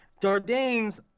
Dardane's